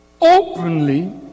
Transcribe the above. openly